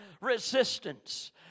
Resistance